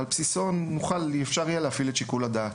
ועל בסיסו אפשר יהיה להפעיל את שיקול הדעת.